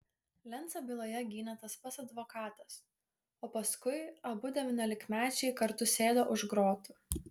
lencą byloje gynė tas pats advokatas o paskui abu devyniolikmečiai kartu sėdo už grotų